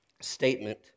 statement